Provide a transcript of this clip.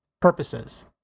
purposes